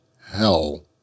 hell